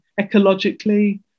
ecologically